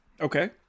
okay